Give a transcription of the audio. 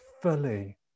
fully